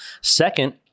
Second